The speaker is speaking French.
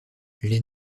les